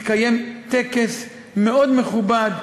מתקיים טקס מאוד מכובד.